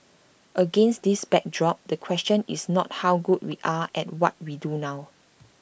against this backdrop the question is not how good we are at what we do now